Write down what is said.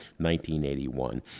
1981